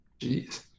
Jeez